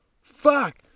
Fuck